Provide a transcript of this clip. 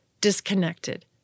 disconnected